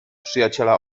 przyjaciela